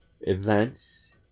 events